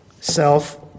self